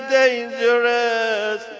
dangerous